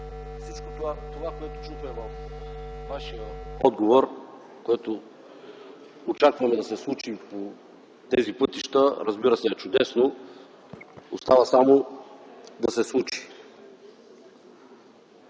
всичко това, което чухме във Вашия отговор, което очакваме да се случи по тези пътища, разбира се, е чудесно. Остава само да се случи.